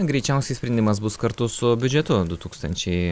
greičiausiai sprendimas bus kartu su biudžetu du tūkstančiai